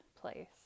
place